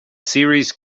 series